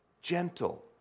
Gentle